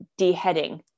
deheading